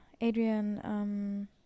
Adrian